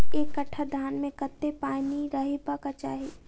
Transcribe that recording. एक कट्ठा धान मे कत्ते पानि रहबाक चाहि?